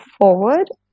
forward